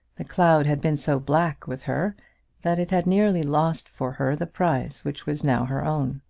the cloud had been so black with her that it had nearly lost for her the prize which was now her own.